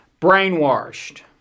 brainwashed